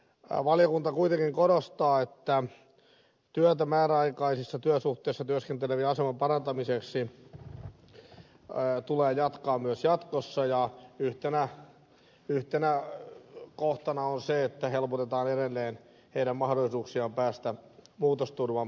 valiokunta kuitenkin korostaa että työtä määräaikaisissa työsuhteissa työskentelevien aseman parantamiseksi tulee jatkaa myös jatkossa ja yhtenä kohtana on se että helpotetaan edelleen heidän mahdollisuuksiaan päästä muutosturvan piiriin